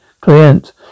Client